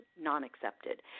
non-accepted